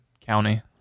county